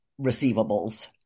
receivables